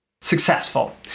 successful